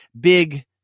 big